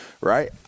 Right